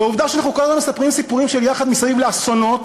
והעובדה שאנחנו כל הזמן מספרים סיפורים של יחד מסביב לאסונות,